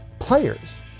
players